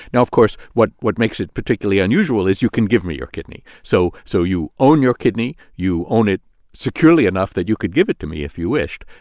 now, of course, what what makes it particularly unusual is you can give me your kidney. so so you own your kidney. you own it securely enough that you could give it to me if you wished,